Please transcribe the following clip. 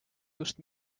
just